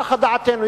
נחה דעתנו,